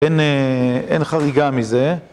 אין חריגה מזה